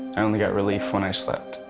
i only got relief when i slept.